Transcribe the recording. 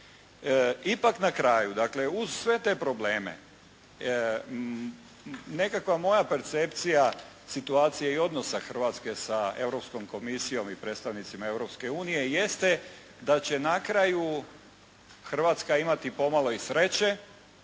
Ipak na kraju dakle uz sve te probleme nekakva moja percepcija situacije i odnosa Hrvatske sa Europskom komisijom i predstavnicima Europske unije jeste da će na kraju Hrvatska imati pomalo i sreće,